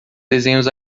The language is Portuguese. desenhos